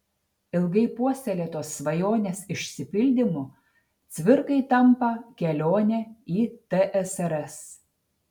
ilgai puoselėtos svajonės išsipildymu cvirkai tampa kelionė į tsrs